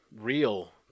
real